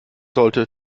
sollte